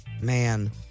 Man